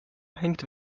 hängt